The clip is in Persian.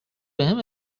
بهم